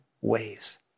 ways